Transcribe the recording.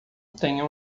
tenha